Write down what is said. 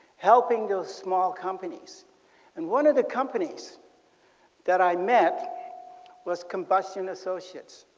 helping those small companies and one of the companies that i met was combustion associates.